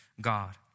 God